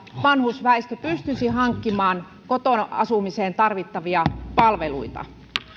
vanhusväestö pystyisi hankkimaan kotona asumiseen tarvittavia palveluita